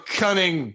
cunning